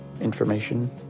information